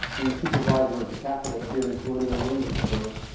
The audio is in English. i mean the supervisor of the capitol here in colonial williamsburg,